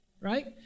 right